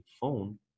phone